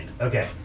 Okay